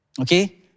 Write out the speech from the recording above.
Okay